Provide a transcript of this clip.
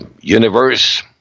universe